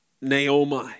Naomi